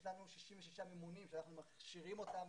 יש לנו 66 ממונים שאנחנו מכשירים אותם,